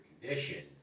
condition